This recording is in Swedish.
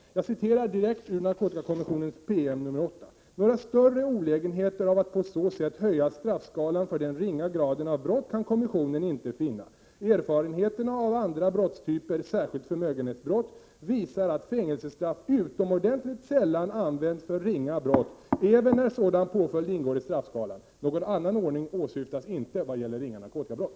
Jag citerar direkt ur narkotikakommissionens PM nr 8: ”Några större olägenheter av att på så sätt höja straffskalan för den ringa graden av brott kan kommissionen inte finna. Erfarenheterna av andra brottstyper, särskilt förmögenhetsbrott, visar att fängelsestraff utomordentligt sällan används för ringa brott även när sådan påföljd ingår i straffskalan. Någon annan ordning åsyftas inte vad gäller ringa narkotikabrott.”